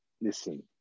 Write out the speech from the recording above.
Listen